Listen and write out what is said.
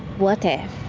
what if.